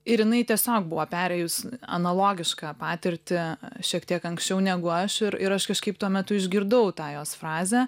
ir jinai tiesiog buvo perėjus analogišką patirtį šiek tiek anksčiau negu aš ir ir aš kažkaip tuo metu išgirdau tą jos frazę